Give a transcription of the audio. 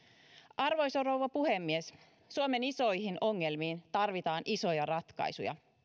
arvoisa rouva puhemies suomen isoihin ongelmiin tarvitaan isoja ratkaisuja